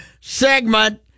segment